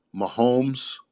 Mahomes